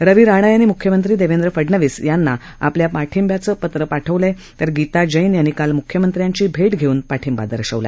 रवी राणा यांनी मुख्यमंत्री देवेंद्र फडणवीस यांना आपल्या पाठिंब्याचं पत्र पाठवलं तर गीता जैन यांनी काल मुख्यमंत्र्यांची भेट घेऊन पाठिंबा दर्शवला